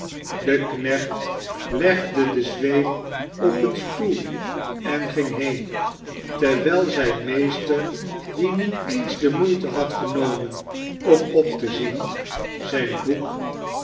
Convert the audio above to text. de knecht legde de zweep op een stoel en ging heen terwijl ijn meester die niet eens de moeite had genomen om op te zien zijn boek